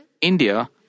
India